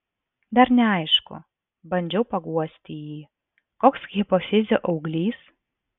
dar neaišku bandžiau paguosti jį koks hipofizio auglys